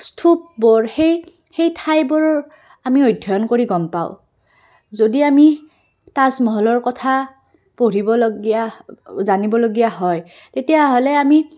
থোপবোৰ সেই সেই ঠাইবোৰৰ আমি অধ্যয়ন কৰি গম পাওঁ যদি আমি তাজমহলৰ কথা পঢ়িবলগীয়া জানিবলগীয়া হয় তেতিয়াহ'লে আমি